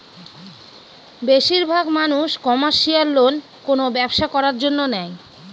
বেশির ভাগ মানুষ কমার্শিয়াল লোন কোনো ব্যবসা করার জন্য নেয়